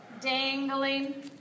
dangling